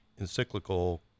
encyclical